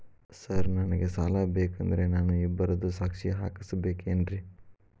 Sir ನನಗೆ ಸಾಲ ಬೇಕಂದ್ರೆ ನಾನು ಇಬ್ಬರದು ಸಾಕ್ಷಿ ಹಾಕಸಬೇಕೇನ್ರಿ?